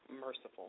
merciful